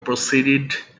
proceeded